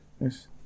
Yes